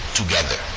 together